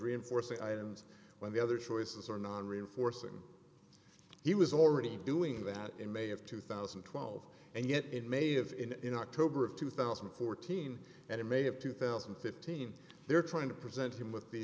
reinforcing items when the other choices are non reinforcing he was already doing that in may of two thousand and twelve and yet in may of in in october of two thousand and fourteen and in may have two thousand and fifteen they're trying to present him with the